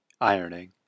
ironing